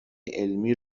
علمی